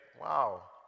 wow